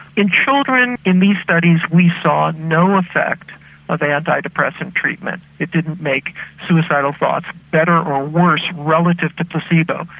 in children in these studies we saw no effect of antidepressant treatment. it didn't make suicidal thoughts better or worse relative to placebo.